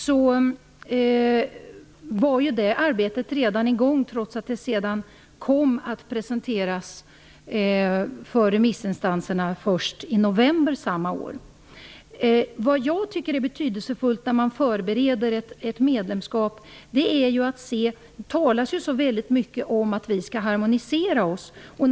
Det arbetet var redan i gång, trots att det sedan kom att presenteras för remissinstanserna först i november samma år. När man förbereder ett medlemskap talas det så mycket om att vi skall harmonisera våra lagar.